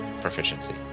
proficiency